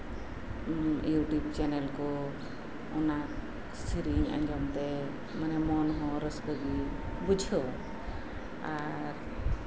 YouTube channel ᱠᱚ ᱚᱱᱟ ᱥᱮᱨᱮᱧ ᱟᱸᱡᱚᱢᱛᱮ ᱢᱚᱱᱦᱚᱸ ᱢᱟᱱᱮ ᱨᱟᱹᱥᱠᱟᱹᱜᱮ ᱵᱩᱡᱷᱟᱹᱣᱟ ᱟᱨ